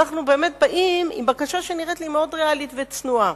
אנחנו באמת באים עם בקשה שנראית מאוד ריאלית וצנועה,